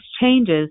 changes